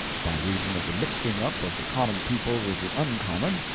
by reason of the mixing up of the common people with the uncommon,